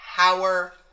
Power